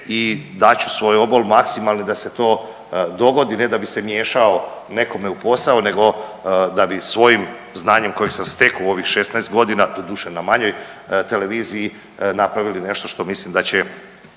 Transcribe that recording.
i dat ću svoj obol maksimalni da se to dogodi, ne da bi se miješao nekome u posao nego da bi svojim znanjem kojeg sam stekao u ovih 16 godina, doduše na manjoj televiziji, napravili nešto što mislim da će